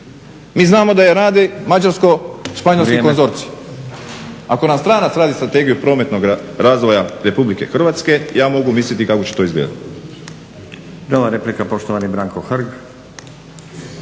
Mi znamo da je radi mađarsko-španjolski konzorcij. Ako nam stranac radi strategiju prometnog razvoja RH ja mogu misliti kako će to izgledati.